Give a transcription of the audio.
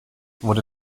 wurde